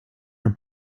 our